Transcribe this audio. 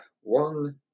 one